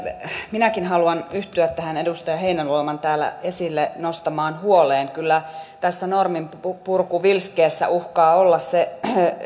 minäkin haluan yhtyä tähän edustaja heinäluoman täällä esille nostamaan huoleen kyllä tässä norminpurkuvilskeessä uhkaa olla se